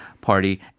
party